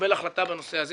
ולקבל החלטה בנושא הזה,